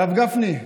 הרב גפני,